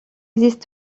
existe